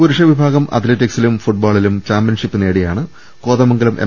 പുരുഷ വിഭാഗം അത്ലറ്റിക്സിലും ഫുട്ബോളിലും ചാമ്പ്യൻഷിപ്പ് നേടിയാണ് കോതമംഗലം എം